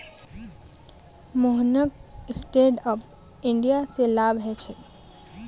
मोहनक stand up India स लाभ ह छेक